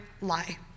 lie